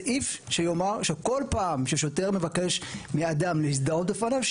סעיף שיאמר שבכל פעם ששוטר מבקש מאדם להזדהות לפניו,